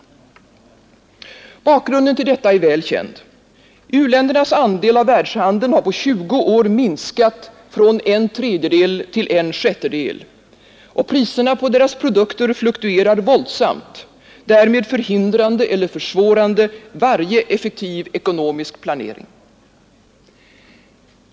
Bakgrunden till detta är väl känd. U-ländernas andel av världshandeln har på 20 år minskat från en tredjedel till en sjättedel, och priserna på deras produkter fluktuerar våldsamt, därmed förhindrande eller försvårande varje effektiv ekonomisk planering.